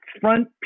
front